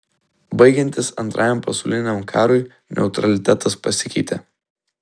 baigiantis antrajam pasauliniam karui neutralitetas pasikeitė